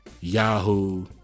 Yahoo